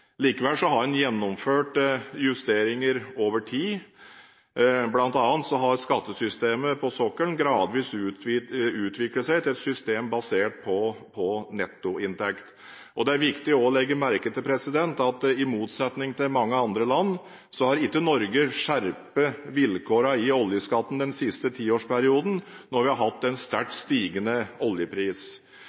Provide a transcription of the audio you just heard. Likevel har en gjennomført justeringer over tid – bl.a. har skattesystemet på sokkelen gradvis utviklet seg til et system basert på nettoinntekt. Det er også viktig å legge merke til at i motsetning til i mange andre land, har ikke Norge skjerpet vilkårene i oljeskatten den siste tiårsperioden når vi har hatt en sterkt stigende oljepris.